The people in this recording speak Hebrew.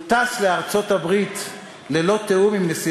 הוא טס לארצות-הברית ללא תיאום עם נשיא